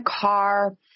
car